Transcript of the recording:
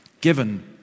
given